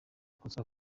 kosa